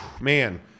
man